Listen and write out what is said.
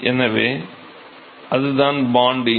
எனவே அதுதான் பாண்ட் எண்